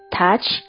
touch